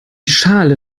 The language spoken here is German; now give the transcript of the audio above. schale